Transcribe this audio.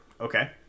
Okay